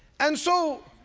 and so,